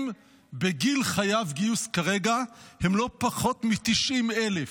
הנמצאים בגיל חייב גיוס כרגע הוא לא פחות מ-90,000.